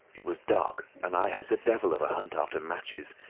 it was dark, and i had the devil of a hunt after matches,